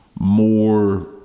More